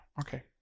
Okay